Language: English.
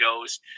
goes